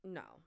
no